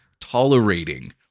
tolerating